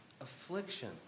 affliction